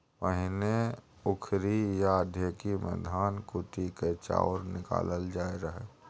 पहिने उखरि या ढेकी मे धान कुटि कए चाउर निकालल जाइ रहय